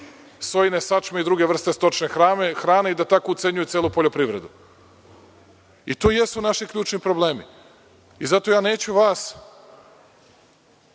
sojine sačem i druge vrste stočne hrane i da tako ucenjuju celu poljoprivredu. To jesu naši ključni problemi i zato vas neću,